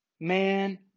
man